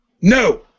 No